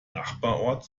nachbarort